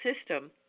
system